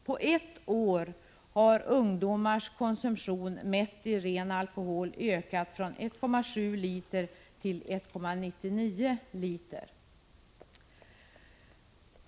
På ett år har ungdomars konsumtion mätt i ren alkohol ökat från 1,7 till 1,99 liter.